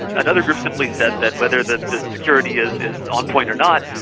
another group simply said that whether the the security is is on point or not,